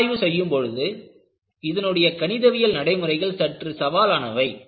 பகுப்பாய்வு செய்யும் பொழுது இதனுடைய கணிதவியல் நடைமுறைகள் சற்று சவாலானவை